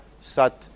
Sat